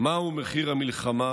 מהו מחיר המלחמה,